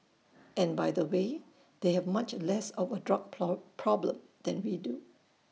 and by the way they have much less of A drug problem than we do